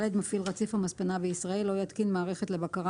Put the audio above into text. מפעיל רציף או מספנה בישראל לא יתקין מערכת לבקרה